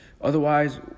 Otherwise